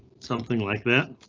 something like that.